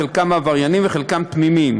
חלקם עברייניים וחלקם תמימים,